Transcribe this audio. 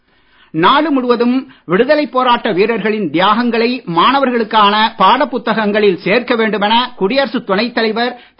வெங்கயை நாயுடு நாடு முழுவதும் விடுதலைப் போராட்ட வீரர்களின் தியாகங்களை மாணவர்களுக்கான பாடப் புத்தகங்களில் சேர்க்க வேண்டும் என குடியரசுத் துணைத் தலைவர் திரு